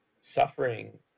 suffering